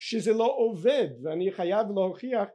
שזה לא עובד ואני חייב להוכיח